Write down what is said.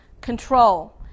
Control